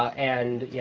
and